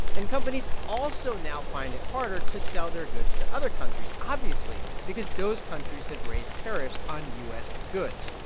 and companies also now find it harder to sell their goods to other countries, obviously, because those countries have raised tariffs on u s. goods.